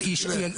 עליכם?